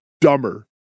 dumber